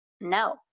no